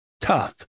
tough